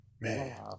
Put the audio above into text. man